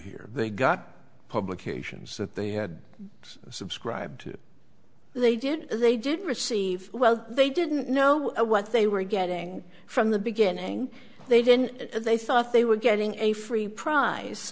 here they got publications that they had subscribed to they did they didn't receive well they didn't know what they were getting from the beginning they didn't they thought they were getting a free prize